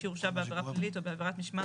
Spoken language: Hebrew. שהורשה בעבירה פלילית או בעבירת משמעת,